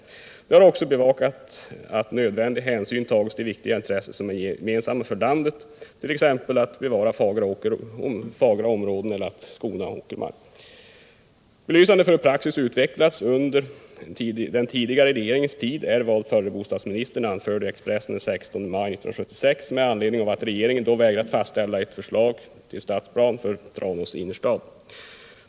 Myndigheterna har också bevakat att nödvändig hänsyn tagits till viktiga intressen som är gemensamma för landet, t.ex. att fagra områden bevaras eller att åkermark skonas. Belysande för hur praxis utvecklades under den tidigare regeringens tid är vad den förre bostadsministern anförde i Expressen den 16 maj 1976 med anledning av att regeringen då vägrat fastställa ett förslag till stadsplan för Tranås innerstad.